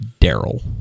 Daryl